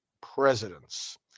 presidents